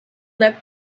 let